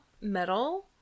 metal